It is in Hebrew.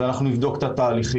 אז אנחנו נבדוק את התהליכים,